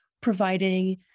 providing